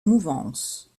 mouvance